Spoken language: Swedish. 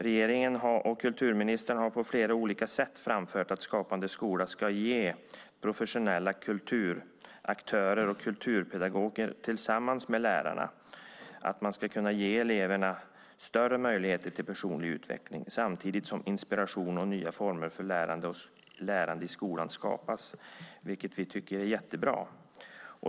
Regeringen och kulturministern har på flera olika sätt framfört att Skapande skola - professionella kulturaktörer och kulturpedagoger tillsammans med lärarna - ska ge eleverna större möjligheter till personlig utveckling samtidigt som inspiration och nya former för lärande i skolan skapas, vilket vi tycker är jättebra.